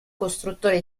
costruttore